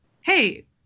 hey